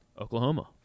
Oklahoma